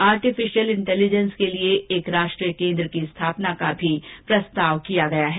artificial intelligence के लिए एक राष्ट्रीय केन्द्र की स्थापना का प्रस्ताव रखा गया है